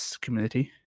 community